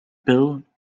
pil